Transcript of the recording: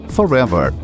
Forever